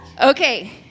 Okay